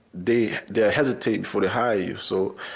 they they hesitate before they hire you. so,